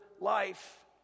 life